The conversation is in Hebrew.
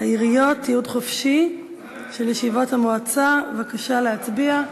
העיריות (תיעוד חופשי של ישיבות המועצה) בבקשה להצביע.